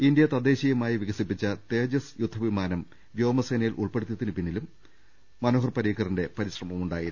India തദ്ദേശീയമായി വികസിപ്പിച്ച തേജസ് യുദ്ധവിമാനം വ്യോമസേനയിൽ ഉൾപെടു ത്തിയതിന് പിന്നിലും അദ്ദേഹത്തിന്റെ പരിശ്രമമുണ്ടായിരുന്നു